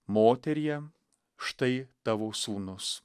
moterie štai tavo sūnus